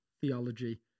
theology